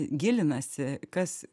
gilinasi kas